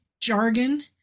jargon